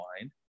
mind